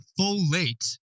Folate